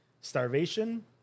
Starvation